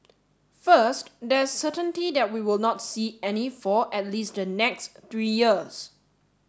first there is certainty that we will not see any for at least the next three years